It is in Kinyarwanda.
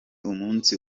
umunsi